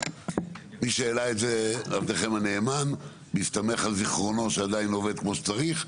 מי שהעלה את זה עבדכם הנאמן בהסתמך על זיכרונו שעדיין עובד כמו שצריך,